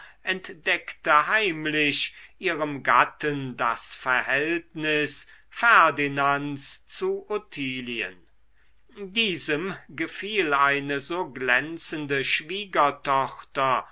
entdeckte heimlich ihrem gatten das verhältnis ferdinands zu ottilien diesem gefiel eine so glänzende schwiegertochter